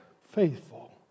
faithful